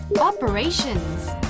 operations